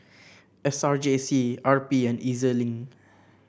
S R J C R P and E Z Link